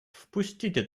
впустите